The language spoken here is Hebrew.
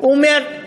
הוא אומר,